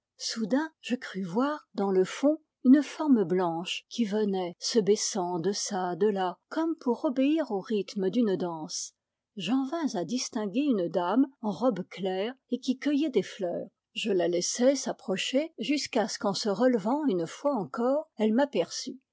soudain je crus voir dans le fond une forme blanche qui venait se baissant de çà de là comme pour obéir au rythme d'une danse j'en vins à distinguer une dame en robe claire et qui cueillait des fleurs je la laissai s'approcher jusqu'à ce qu'en se relevant une fois encore elle m'aperçût